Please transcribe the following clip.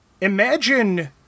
imagine